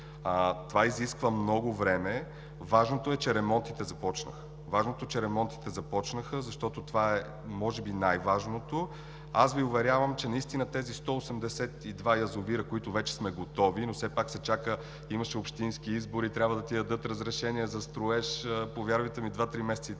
Това изисква много време. Важното е, че ремонтите започнаха. Важното е, че ремонтите започнаха, защото това е може би най-важното. Аз Ви уверявам, че наистина тези 182 язовира, с които вече сме готови, но все пак се чака – имаше общински избори, трябва да ти дадат разрешение за строеж, повярвайте ми, два-три месеца и